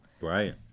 Right